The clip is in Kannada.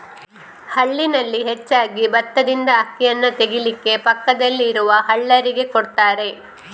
ಹಳ್ಳಿನಲ್ಲಿ ಹೆಚ್ಚಾಗಿ ಬತ್ತದಿಂದ ಅಕ್ಕಿಯನ್ನ ತೆಗೀಲಿಕ್ಕೆ ಪಕ್ಕದಲ್ಲಿ ಇರುವ ಹಲ್ಲರಿಗೆ ಕೊಡ್ತಾರೆ